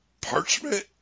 parchment